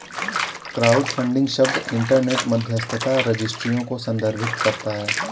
crowdfunding शब्द internet मध्यस्थता रजिस्ट्रियों को संदर्भित करता है